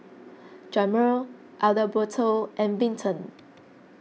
Jamir Adalberto and Vinton